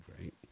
right